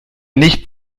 nicht